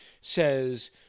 says